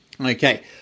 Okay